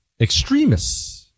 extremists